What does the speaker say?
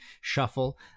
shuffle